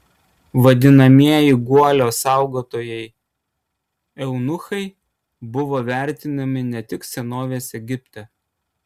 vadinamieji guolio saugotojai eunuchai buvo vertinami ne tik senovės egipte